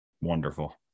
Wonderful